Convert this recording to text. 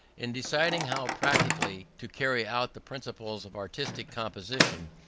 in deciding how practically to carry out the principles of artistic composition,